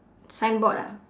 signboard ah